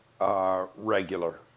regular